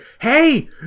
hey